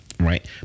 Right